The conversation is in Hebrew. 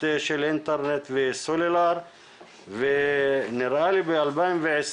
של אינטרנט וסלולר ונראה לי שב-2020,